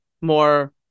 more